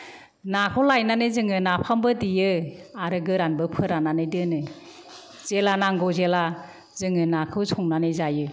नाखौ लायनानै जोङो नाफामबो देयो आरो गोरानबो फोराननानै दोनो जेब्ला नांगौ जेब्ला जोङो नाखौ संनानै जायो